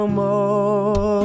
more